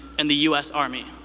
and the u s. army.